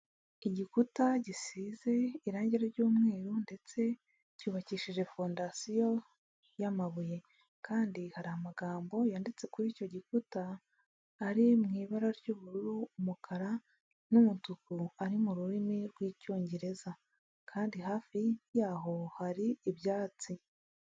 Igikuta gisize irangi ry'umweru ndetse cyubakishije fondasiyo y'amabuye, kandi hari amagambo yanditse kuri icyo gikuta ari mu ibara ry'ubururu, umukara n'umutuku, ari mu rurimi rw'icyongereza kandi hafi yaho hari ibyatsi.